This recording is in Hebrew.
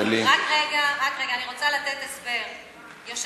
אוקיי, תעבור להכנה לקריאה שנייה